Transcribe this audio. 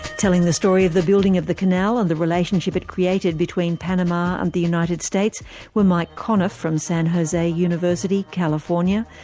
telling the story of the building of the canal and the relationship it created between panama and the united states were mike conniff from san jose university, california,